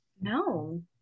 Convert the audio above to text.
no